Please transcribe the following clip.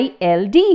ILD